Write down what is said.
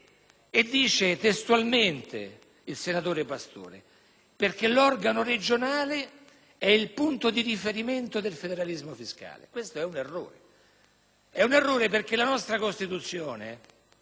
- dice testualmente il senatore Pastore - perché l'organo regionale «è il punto di riferimento del federalismo fiscale». Questo è un errore perché la nostra Costituzione